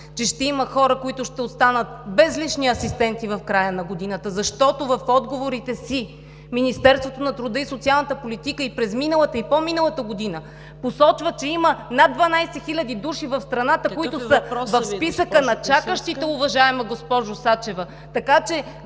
че ще има хора, които ще останат без лични асистенти в края на годината, защото в отговорите си Министерството и миналата, и по-миналата година посочва, че има над 12 хиляди души в страната, които са в списъка на чакащите, уважаема госпожо Сачева!